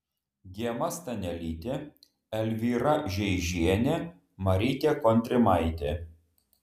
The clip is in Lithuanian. gema stanelytė elvyra žeižienė marytė kontrimaitė